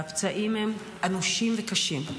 והפצעים הם אנושים וקשים,